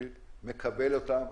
אני מקבל אותן.